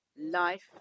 Life